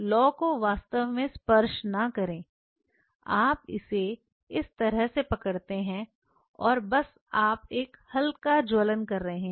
लौ को वास्तव में स्पर्श न करें आप इसे इस तरह से पकड़ते हैं और बस आप एक हल्का ज्वलन कर रहे हैं